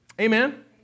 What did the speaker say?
Amen